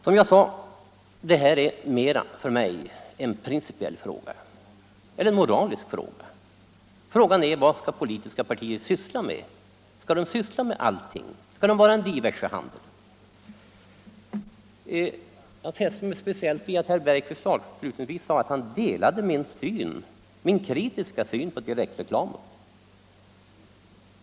Som jag sade är det här för mig mera en principiell fråga — eller en moralisk fråga. Vad skall politiska partier egentligen ägna sig åt? Skall de syssla med allting, skall de vara en diversehandel? Jag fäste mig speciellt vid att herr Bergqvist avslutningsvis sade att han delade min kritiska syn på direktreklamen.